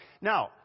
Now